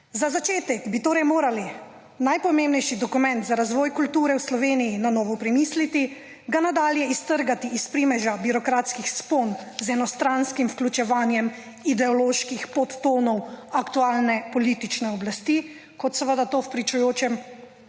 Za začetek bi torej morali najpomembnejši dokument za razvoj kulture v Sloveniji na novo premisliti, ga nadalje iztrgati iz primerža birokratskih / nerazumljivo/ z enostranskim vključevanjem ideoloških podtonov aktualne politične oblasti kot seveda to v pričujočem